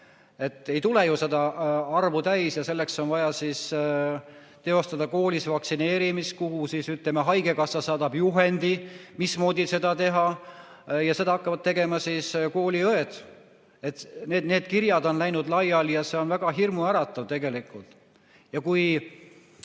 Ei tule ju seda arvu täis ja selleks on vaja teostada koolis vaktsineerimist. Haigekassa saadab juhendi, mismoodi seda teha, ja seda hakkavad tegema kooliõed. Need kirjad on läinud laiali ja see on väga hirmuäratav tegelikult.